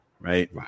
Right